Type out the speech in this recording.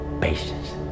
patience